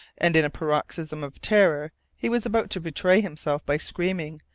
and in a paroxysm of terror he was about to betray himself by screaming,